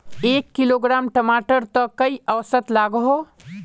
एक किलोग्राम टमाटर त कई औसत लागोहो?